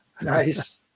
Nice